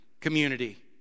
community